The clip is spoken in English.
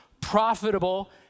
profitable